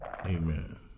Amen